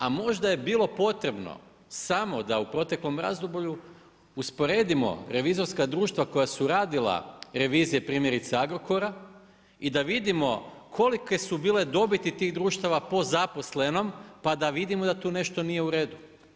A možda je bilo potrebno samo da u proteklom razdoblju usporedimo revizorska društva koja su radila revizije primjerice Agrokora i da vidimo kolike su bile dobiti tih društava po zaposlenom, pa da vidimo da tu nešto nije u redu.